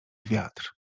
wiatr